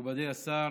מכובדי השר,